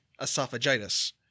esophagitis